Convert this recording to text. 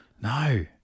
No